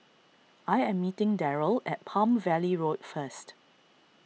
I am meeting Darrell at Palm Valley Road first